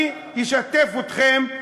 אני אשתף אתכם,